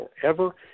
forever